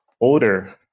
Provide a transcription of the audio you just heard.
older